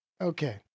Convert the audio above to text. Okay